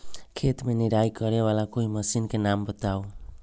खेत मे निराई करे वाला कोई मशीन के नाम बताऊ?